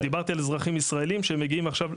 דיברתי על אזרחים ישראלים שמגיעים עכשיו,